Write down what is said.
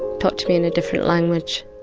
talked to me in a different language.